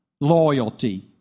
loyalty